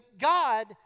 God